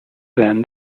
then